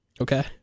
Okay